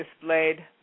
displayed